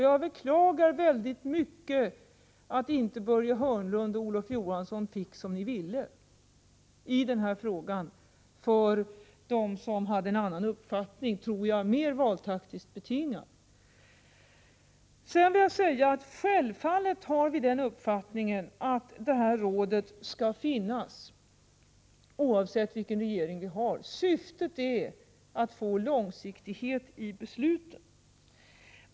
Jag beklagar väldigt mycket att inte Börje Hörnlund och Olof Johansson fick som de ville för dem som hade en annan uppfattning, som jag tror var mer valtaktiskt betingad. Självfallet har vi den uppfattningen, att det här rådet skall finnas, oavsett vilken regering som sitter. Syftet är att få långsiktighet i besluten.